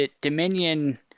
dominion